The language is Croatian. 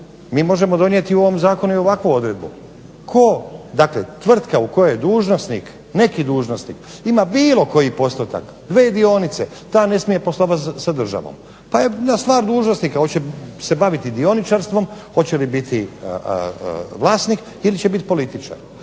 mi možemo donijeti u ovom zakonu i ovakvu odredbu tko dakle tvrtka u kojoj dužnosnik, neki dužnosnik ima bilo koji postotak, dvije dionice, ta ne smije poslovati sa državom. Pa je stvar dužnosnika hoće se baviti dioničarstvom, hoće li biti vlasnik ili će biti političar.